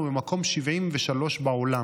אנחנו במקום 73 בעולם